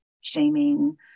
shaming